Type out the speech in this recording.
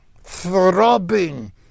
throbbing